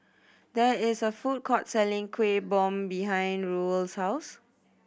there is a food court selling Kuih Bom behind Ruel's house